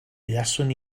buaswn